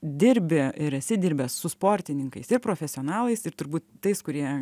dirbi ir esi dirbęs su sportininkais profesionalais ir turbūt tais kurie